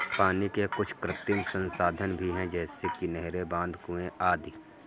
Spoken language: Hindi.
पानी के कुछ कृत्रिम संसाधन भी हैं जैसे कि नहरें, बांध, कुएं आदि